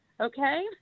okay